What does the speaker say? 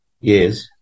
Yes